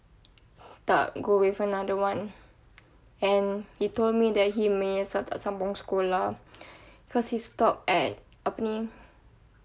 tak go with another one and he told me that he menyesal tak sambung sekolah because he stop at apa ni